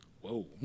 whoa